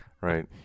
right